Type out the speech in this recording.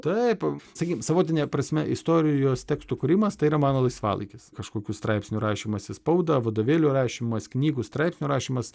taip sakykim savotine prasme istorijos tekstų kūrimas tai yra mano laisvalaikis kažkokių straipsnių rašymas į spaudą vadovėlių rašymas knygų straipsnių rašymas